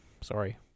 Sorry